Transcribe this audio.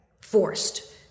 forced